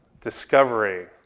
discovery